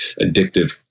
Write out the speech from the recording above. addictive